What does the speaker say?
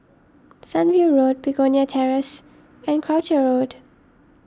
Sunview Road Begonia Terrace and Croucher Road